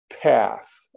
path